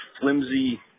flimsy